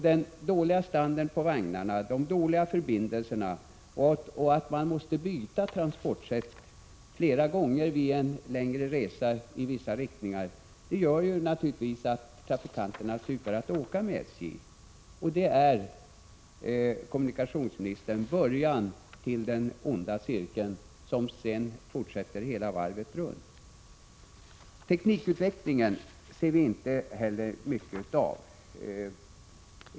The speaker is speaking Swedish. Den dåliga standarden på vagnarna, de dåliga förbindelserna och nödvändigheten att byta transportsätt flera gånger vid en längre resa i vissa riktningar, gör naturligtvis att trafikanterna slutar att åka med SJ. Det är, kommunikationsministern, början till en ond cirkel — som sedan går hela varvet runt. Teknikutvecklingen ser vi inte heller mycket av.